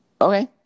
Okay